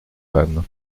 panne